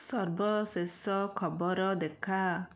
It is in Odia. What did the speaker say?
ସର୍ବଶେଷ ଖବର ଦେଖା